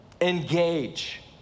engage